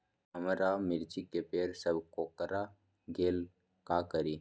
हमारा मिर्ची के पेड़ सब कोकरा गेल का करी?